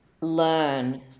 learn